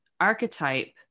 archetype